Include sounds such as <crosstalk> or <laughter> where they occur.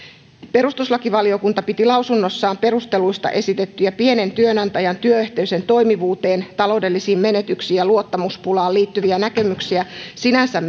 perustuslakivaliokunta piti lausunnossaan perusteluista esitettyjä pienen työnantajan työyhteisön toimivuuteen taloudellisiin menetyksiin ja luottamuspulaan liittyviä näkemyksiä sinänsä <unintelligible>